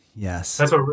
Yes